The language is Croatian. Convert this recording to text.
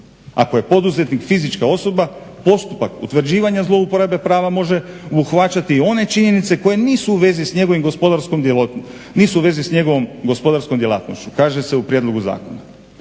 Ako je poduzetnik fizička osoba postupak utvrđivanja zlouporabe prava može obuhvaćati one činjenice koje nisu u vezi s njegovom gospodarskom djelatnošću kaže se u prijedlogu zakona.